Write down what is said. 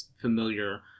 familiar